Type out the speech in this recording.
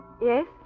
Yes